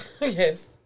Yes